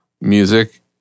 music